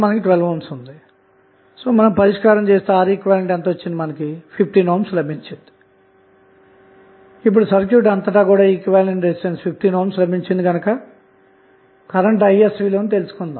Req24||61215 లభించింది ఇప్పుడుసర్క్యూట్ అంతటా ఈక్వివలెంట్ రెసిస్టెన్స్ 15ohms లభించింది గనక కరెంట్ Is విలువను తెలుసుకొందాము